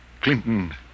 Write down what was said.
Clinton